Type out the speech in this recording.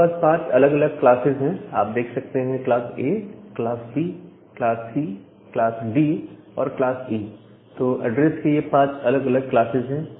मेरे पास 5 अलग अलग क्लासेज है आप देख सकते हैं class A class B class C class D और क्लास E तो एड्रेस के यह पांच अलग अलग क्लासेज है